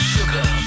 Sugar